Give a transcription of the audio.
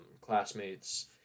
classmates